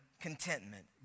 contentment